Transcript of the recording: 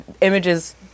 images